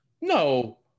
No